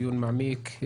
דיון מעמיק,